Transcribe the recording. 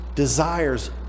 desires